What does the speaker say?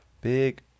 big